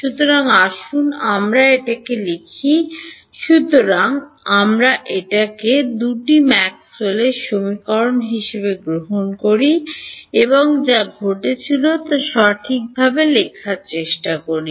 সুতরাং আসুন আমরা এটিকে লিখি সুতরাং আসুন আমরা দুটিই ম্যাক্সওয়েলের Maxwell'sসমীকরণ গ্রহণ করি এবং যা ঘটেছিল তা সঠিকভাবে লেখার চেষ্টা করি